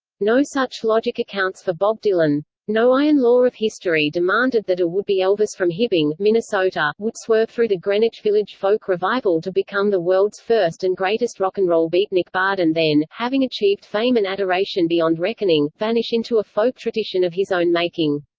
no such logic accounts for bob dylan. no iron law of history demanded that a would-be elvis from hibbing, minnesota, would swerve through the greenwich village folk revival to become the world's first and greatest rock n roll beatnik bard and then having achieved fame and adoration beyond reckoning vanish into a folk tradition of his own making.